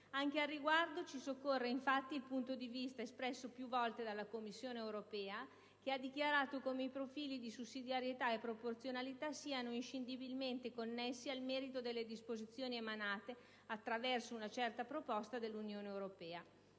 Anche al riguardo ci soccorre, infatti, il punto di vista espresso più volte dalla Commissione europea, che ha dichiarato come i profili di sussidiarietà e proporzionalità siano inscindibilmente connessi al merito delle disposizioni emanate attraverso una data proposta dell'Unione europea.